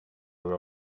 are